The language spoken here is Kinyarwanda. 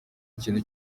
kintu